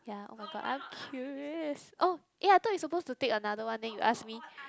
ya oh-my-god I'm curious oh eh I thought you supposed to take another one then you ask me